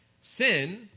sin